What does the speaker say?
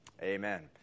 amen